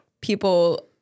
people